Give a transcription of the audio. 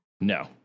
No